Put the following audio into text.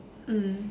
mm